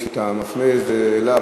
שאתה מפנה את זה אליו,